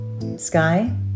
Sky